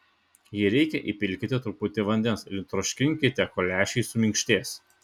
jei reikia įpilkite truputį vandens ir troškinkite kol lęšiai suminkštės